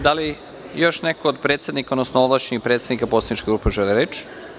Da li još neko od predsednika, odnosno ovlašćenih predstavnika poslaničkih grupa žele reč?